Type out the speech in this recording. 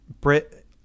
Brit